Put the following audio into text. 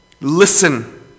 listen